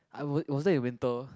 I would was that in winter